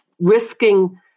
risking